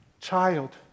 child